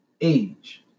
age